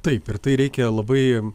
taip ir tai reikia labai